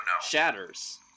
shatters